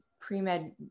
pre-med